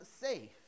safe